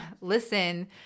listen